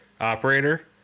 operator